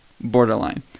Borderline